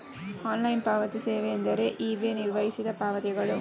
online ಪಾವತಿ ಸೇವೆಯೆಂದರೆ eBay ನಿರ್ವಹಿಸಿದ ಪಾವತಿಗಳು